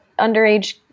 underage